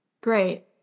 Great